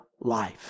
life